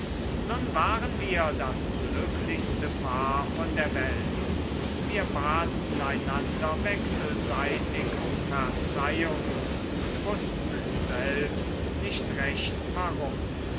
nun waren wir das glücklichste paar von der welt wir baten einander wechselseitig um verzeihung und wußten selbst nicht recht warum